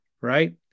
right